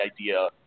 idea